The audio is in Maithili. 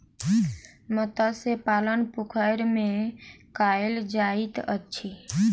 मत्स्य पालन पोखैर में कायल जाइत अछि